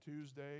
Tuesday